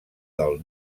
del